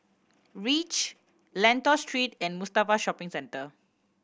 Reach Lentor Street and Mustafa Shopping Centre